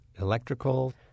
electrical